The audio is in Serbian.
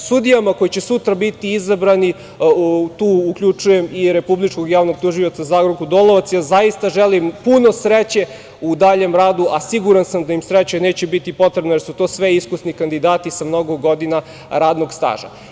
Sudijama koje će sutra biti izabrani, tu uključujem i Republičkog javnog tužioca, Zagorku Dolovac, zaista želim puno sreće u daljem radu, a siguran sam da im sreća neće biti potrebna jer su to sve iskusni kandidati sa mnogo godina radnog staža.